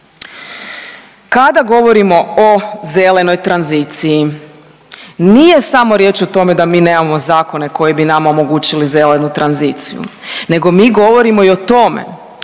Kada govorimo o zelenoj tranziciji, nije samo riječ o tome da mi nemamo zakone koji bi nama omogućili zelenu tranziciju, nego mi govorimo i o tome